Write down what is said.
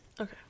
Okay